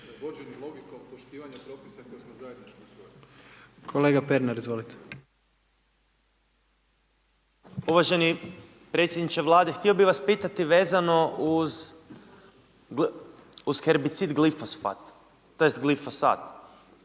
Uvaženi predsjedniče Vlade, htio bih vas pitati vezano uz herbicid glifosat. Radi